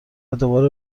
دوباره